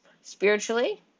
spiritually